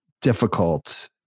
difficult